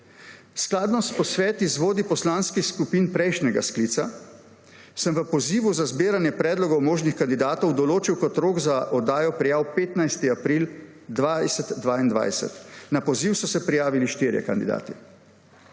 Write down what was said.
Skladno s posveti z vodji poslanskih skupin prejšnjega sklica sem v pozivu za zbiranje predlogov možnih kandidatov določil kot rok za oddajo prijav 15. april 2022. Na poziv so se prijavili štirje kandidati.